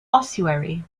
ossuary